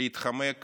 להתחמק